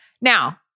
Now